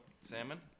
Salmon